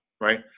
right